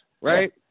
Right